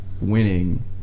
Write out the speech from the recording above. winning